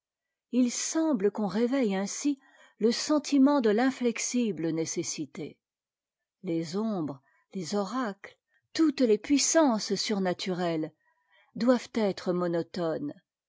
il semble qu'on réveitte ainsi te sentiment de l'inu exime nécessité les ombres les oracles toutes les puissances surnaturelles doivent être monotones